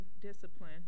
discipline